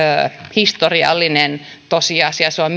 historiallinen tosiasia ja se on